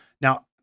Now